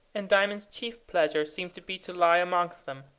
and diamond's chief pleasure seemed to be to lie amongst them,